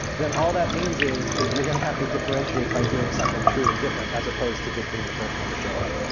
then all that means is is you're going to have to differentiate by doing something truly different as opposed to just being the first one to show up.